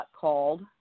called